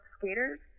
skaters